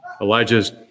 Elijah's